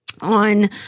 on